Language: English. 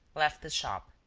left the shop.